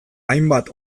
hainbat